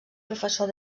professor